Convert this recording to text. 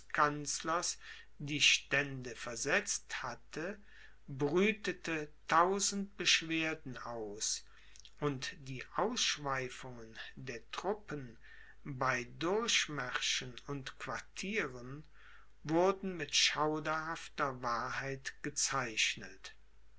kanzlers die stände versetzt hatte brütete tausend beschwerden aus und die ausschweifungen der truppen bei durchmärschen und quartieren wurden mit schauderhafter wahrheit gezeichnet